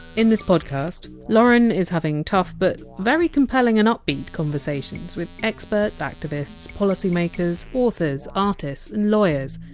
in this podcast, lauren is having tough but very compelling and upbeat conversations with experts, activists, policy makers, authors, artists, and lawyers,